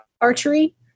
archery